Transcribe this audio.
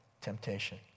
temptation